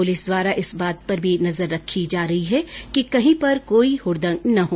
police द्वारा इस बात पर भी नजर रखी जा रही है कि कही कोई हडदंग न हो